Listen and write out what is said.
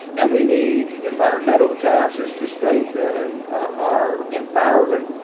and we need environmental taxes to strengthen our environment,